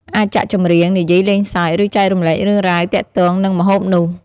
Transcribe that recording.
អាចចាក់ចម្រៀង និយាយលេងសើច ឬចែករំលែករឿងរ៉ាវទាក់ទងនឹងម្ហូបនោះ។